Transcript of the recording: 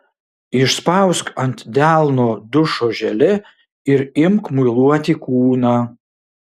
išspausk ant delno dušo želė ir imk muiluoti kūną